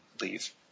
leave